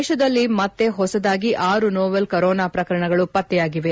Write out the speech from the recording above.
ದೇಶದಲ್ಲಿ ಮತ್ತೆ ಹೊಸದಾಗಿ ಆರು ನೋವೆಲ್ ಕೊರೋನಾ ಪ್ರಕರಣಗಳು ಪತ್ತೆಯಾಗಿವೆ